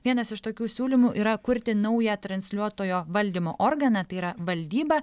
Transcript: vienas iš tokių siūlymų yra kurti naują transliuotojo valdymo organą tai yra valdybą